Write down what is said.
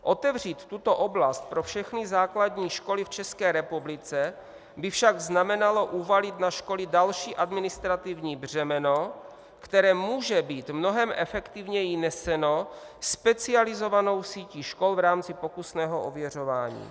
Otevřít tuto oblast pro všechny základní školy v České republice by však znamenalo uvalit na školy další administrativní břemeno, které může být mnohem efektivněji neseno specializovanou sítí škol v rámci pokusného ověřování.